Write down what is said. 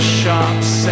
shops